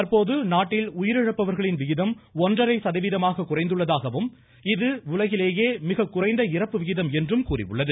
தற்போது நாட்டில் உயிரிழப்பவர்களின் விகிதம் ஒன்றரை சதவீதமாக குறைந்துள்ளதாகவும் இது உலகிலேயே மிக குறைந்த இறப்பு விகிதம் என்றும் கூறியுள்ளது